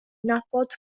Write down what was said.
nabod